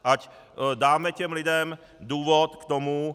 Ať dáme těm lidem důvod k tomu...